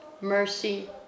mercy